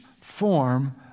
form